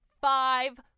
Five